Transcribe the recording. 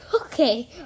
Okay